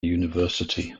university